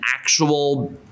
actual